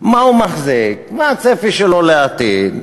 מה הוא מחזיק, מה הצפי שלו לעתיד.